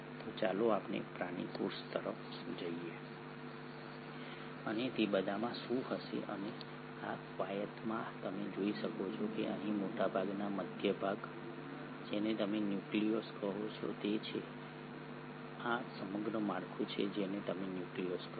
તો ચાલો આપણે પ્રાણી કોષ તરફ જોઈએ અને તે બધામાં શું હશે અને આ કવાયતમાં તમે જોઈ શકો છો કે અહીં મોટાભાગનો મધ્ય ભાગ જેને તમે ન્યુક્લિઓલસ કહો છો તે છે આ સમગ્ર માળખું છે જેને તમે ન્યુક્લિયસ કહો છો